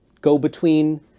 go-between